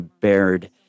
bared